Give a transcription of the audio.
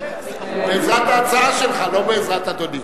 בעזרת ההצעה שלך, לא בעזרת אדוני.